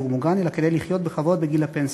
המוגן אלא כדי לחיות בכבוד בגיל הפנסיה.